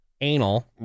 anal